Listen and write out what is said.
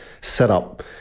setup